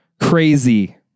crazy